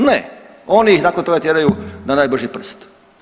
Ne, oni ih nakon toga tjeraju na najbrži prst.